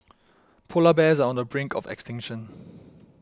Polar Bears are on the brink of extinction